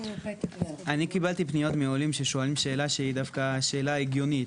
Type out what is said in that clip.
אני קיבלתי פניות מעולים ששואלים שאלה שהיא דווקא שאלה הגיונית,